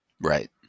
Right